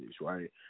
right